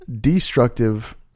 destructive